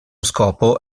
scopo